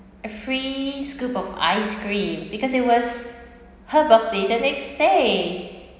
a free scoop of ice cream because it was her birthday the next day